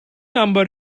number